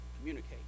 communicate